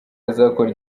azakora